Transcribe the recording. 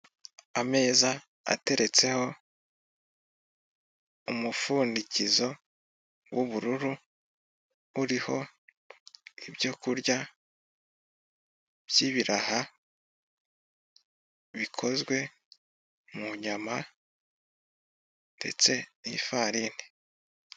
Ameza ateretseho umupfundikizo w'ubururu uriho ibyo kurya by'ibiraha bikozwe mu nyama ndetse n'ifarini.